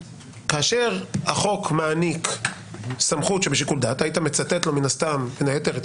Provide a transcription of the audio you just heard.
כאשר החוק מעניק סמכות שבשיקול דעת היית מצטט לו מן הסתם בין היתר את